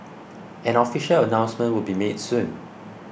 an official announcement would be made soon